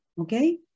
Okay